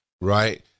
right